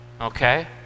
Okay